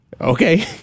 Okay